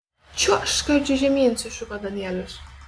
čiuožk skardžiu žemyn sušuko danielius